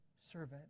servant